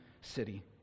city